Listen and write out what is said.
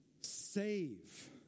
Save